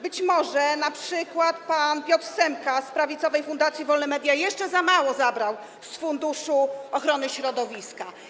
Być może np. pan Piotr Semka z prawicowej fundacji Wolne Media jeszcze za mało zabrał z funduszu ochrony środowiska?